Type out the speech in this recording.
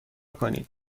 کنید